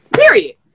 period